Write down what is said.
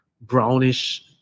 brownish